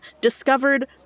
discovered